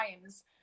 times